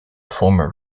former